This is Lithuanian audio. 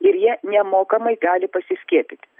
ir jie nemokamai gali pasiskiepyti